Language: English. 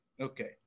Okay